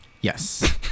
yes